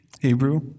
Hebrew